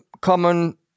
common